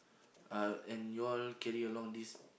uh and you all carry along this